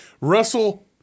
Russell